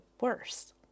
worse